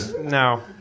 No